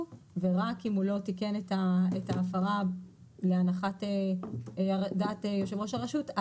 ורק אם הוא לא תיקן את ההפרה להנחת דעת יושב ראש הרשות,